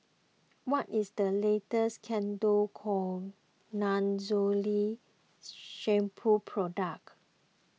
what is the latest Ketoconazole Shampoo product